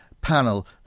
panel